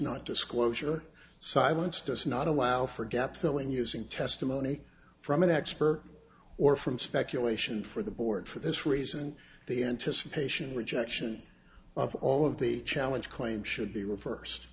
not disclosure silence does not allow for gap filling using testimony from an expert or from speculation for the board for this reason the anticipation rejection of all of the challenge claim should be re